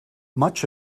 much